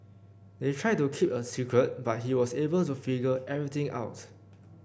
they tried to keep it a secret but he was able to figure everything out